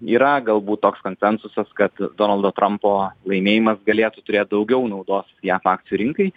yra galbūt toks konsensusas kad donaldo trampo laimėjimas galėtų turėt daugiau naudos jav akcijų rinkai